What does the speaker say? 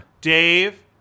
Dave